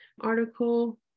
article